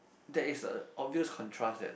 that is a obvious contrast that